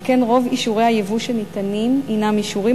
על כן רוב אישורי הייבוא שניתנים הינם אישורים